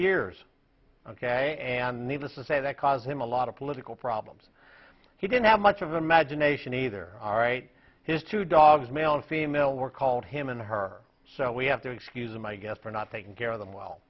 years ok and needless to say that caused him a lot of political problems he didn't have much of imagination either all right his two dogs male and female were called him and her so we have to excuse him i guess for not taking care of them well